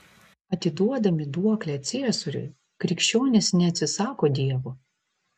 atiduodami duoklę ciesoriui krikščionys neatsisako dievo